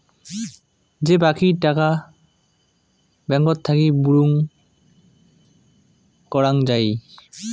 যে বাকী টাকা ব্যাঙ্কত থাকি বুরুম করং যাই